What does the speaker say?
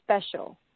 special